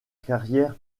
carrière